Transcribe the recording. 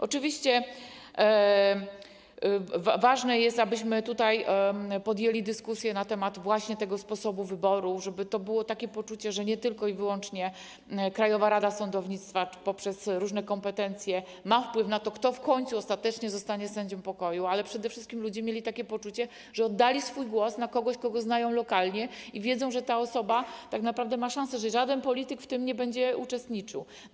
Oczywiście ważne jest, abyśmy podjęli dyskusję na temat sposobu wyboru, żeby było poczucie, że nie tylko i wyłącznie Krajowa Rada Sądownictwa poprzez różne kompetencje ma wpływ na to, kto ostatecznie zostanie sędzią pokoju, ale przede wszystkim żeby ludzie mieli poczucie, że oddali swój głos na kogoś, kogo znają lokalnie i wiedzą, że ta osoba tak naprawdę ma szansę, że żaden polityk w tym nie będzie uczestniczył.